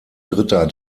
dritter